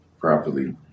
properly